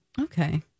Okay